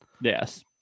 Yes